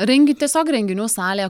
rengi tiesiog renginių salėjė